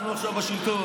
אנחנו עכשיו בשלטון,